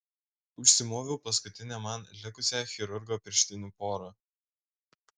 užsimoviau paskutinę man likusią chirurgo pirštinių porą